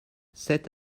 sept